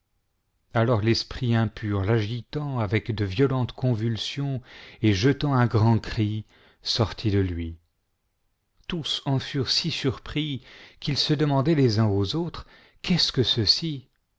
alors l'esprit impur l'agitant avec de violentes convulsions et jetant un grand cri sortit de lui tous en furent si surpris qu'ils se demandaient les uns aux autres qu'est-ce que ceci